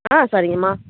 ஆ சரிங்க அம்மா